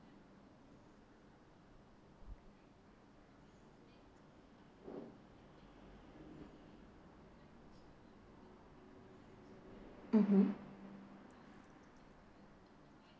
mmhmm